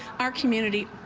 our community.